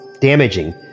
damaging